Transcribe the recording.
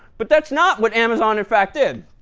but that's not what amazon in fact did.